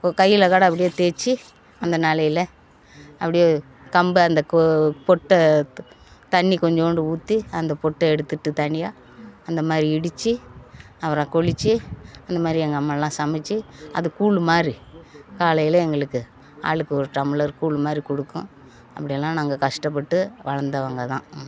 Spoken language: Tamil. இப்போ கையில்கோட அப்படியே தேய்ச்சி அந்த நாளையில் அப்படியே கம்பை அந்த கு பொட்டை த தண்ணி கொஞ்சண்டு ஊற்றி அந்த பொட்டை எடுத்துகிட்டு தனியாக அந்தமாதிரி இடிச்சு அப்புறம் கொலிச்சி அந்தமாதிரி எங்கள் அம்மாவெலாம் சமைச்சி அது கூலுமாதிரி காலையில் எங்களுக்கு ஆளுக்கு ஒரு டம்ளர் கூழ் மாதிரி கொடுக்கும் அப்படியெல்லாம் நாங்கள் கஷ்டப்பட்டு வளர்ந்தவங்கதான்